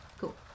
Cool